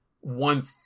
one